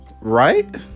Right